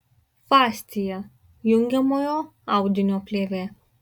fascija jungiamojo audinio plėvė